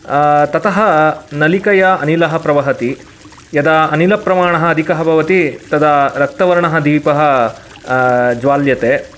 ततः नळिकया अनिलः प्रवहति यदा अनिलप्रमाणः अधिकः भवति तदा रक्तवर्णः दीपः ज्वाल्यते